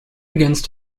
against